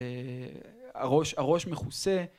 הראש מכוסה